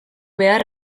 behar